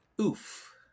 Oof